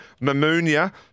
Mamunia